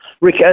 Rick